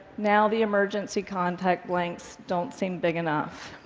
now the emergency contact blanks don't seem big enough.